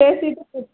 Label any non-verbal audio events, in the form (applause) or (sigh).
பேசிவிட்டு (unintelligible)